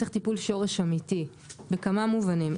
צריך טיפול שורש אמיתי בכמה מובנים.